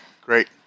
great